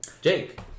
jake